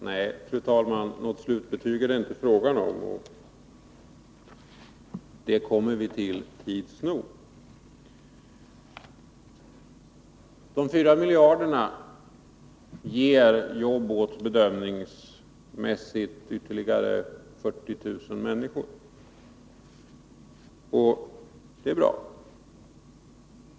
Fru talman! Nej, något slutbetyg är det inte fråga om. Det kommer vi till tids nog. De 4 miljarderna ger jobb åt bedömningsmässigt ytterligare 40000 människor. Det är bra.